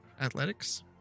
athletics